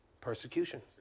persecution